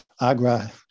Agra